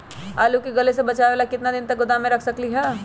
आलू के गले से बचाबे ला कितना दिन तक गोदाम में रख सकली ह?